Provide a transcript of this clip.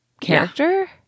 character